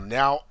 now